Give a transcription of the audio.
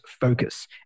focus